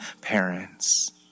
parents